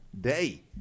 day